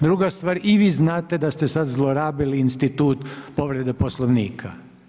Druga stvar, i vi znate da ste sad zlorabili institut povrede Poslovnika.